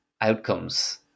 outcomes